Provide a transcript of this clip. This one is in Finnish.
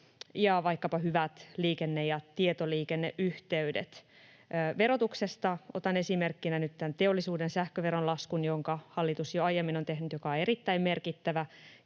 ja vaikkapa hyvät liikenne- ja tietoliikenneyhteydet. Verotuksesta otan esimerkkinä nyt tämän teollisuuden sähköveron laskun, jonka hallitus jo aiemmin on tehnyt ja joka on erittäin merkittävä,